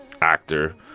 actor